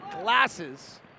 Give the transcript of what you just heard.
glasses